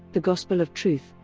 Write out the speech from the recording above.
the gospel of truth,